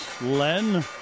Len